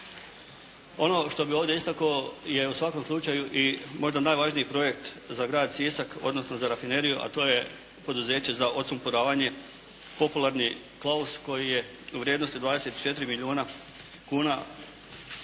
Ono što bi ovdje istako' je u svakom slučaju i možda najvažniji projekt za grad Sisak, odnosno za rafineriju, a to je poduzeće za odsumporavanje, popularni "Klaus" koji je u vrijednosti od 24 milijuna kuna polovicom